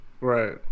Right